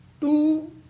Two